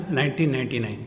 1999